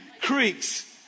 creeks